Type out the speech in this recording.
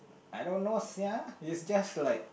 I don't know sia it's just like